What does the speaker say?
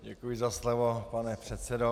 Děkuji za slovo, pane předsedo.